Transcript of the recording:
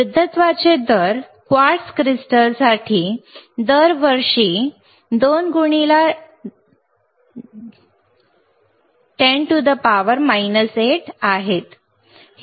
वृद्धत्वाचे दर क्वार्ट्ज क्रिस्टलसाठी दरवर्षी 2 x 10 8 आहेत